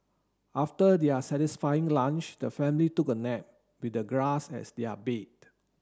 after their satisfying lunch the family took a nap with the grass as their bed